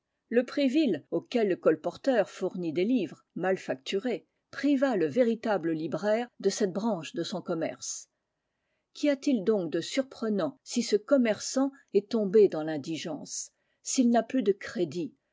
le prix vil auquel le colporteur fournit des livres mal facturés priva le véritable libraire de cette branche de son commerce qu'y a-t-il donc de surprenant si ce commerçant est tombé dans l'indigence s'il n'a plus de crédit